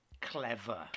clever